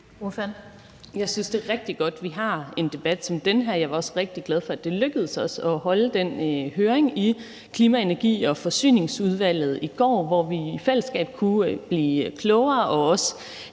Jeg synes, det er rigtig godt, at vi har en debat som den her, og jeg var også rigtig glad for, at det lykkedes os i Klima-, Energi- og Forsyningsudvalget at holde den høring i går, hvor vi i fællesskab kunne blive klogere og også